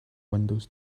windows